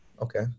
okay